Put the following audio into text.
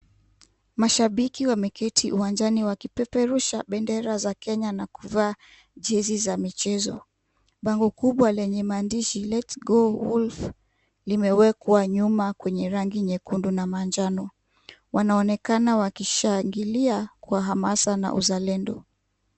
Mashabiki wameketi uwanjani wakipeperusha bendera za Kenya na kuvaa jezi za michezo. Bango kubwa lenye maandishi Let's go wolf limewekwa nyuma kwenye rangi nyekundu na manjano. Wanaonekana wakishangilia kwa hamasa na uzalendo.